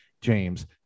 James